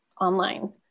online